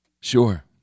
Sure